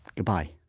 goodbye